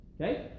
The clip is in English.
Okay